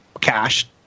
cash